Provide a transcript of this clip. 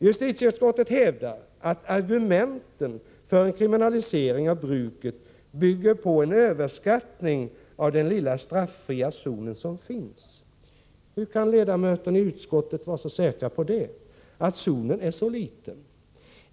Justitieutskottet hävdar att ”argumenten för en kriminalisering av bruket bygger på en överskattning av den lilla straffria zon som finns”. Hur kan ledamöterna i utskottet vara så säkra på att zonen är så liten?